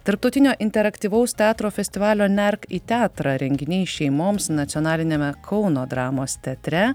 tarptautinio interaktyvaus teatro festivalio nerk į teatrą renginiai šeimoms nacionaliniame kauno dramos teatre